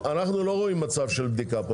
אנחנו לא רואים מצב של בדיקה.